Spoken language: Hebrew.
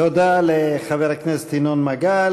תודה לחבר הכנסת ינון מגל.